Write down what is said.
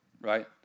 right